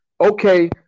Okay